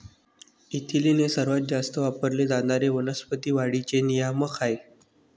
ethylene हे सर्वात जास्त वापरले जाणारे वनस्पती वाढीचे नियामक आहे